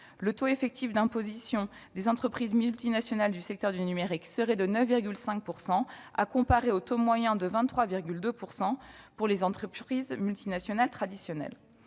le taux effectif moyen d'imposition des entreprises multinationales du secteur numérique serait en effet de 9,5 %, à comparer au taux moyen de 23,2 % pour les entreprises multinationales traditionnelles.